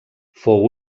fou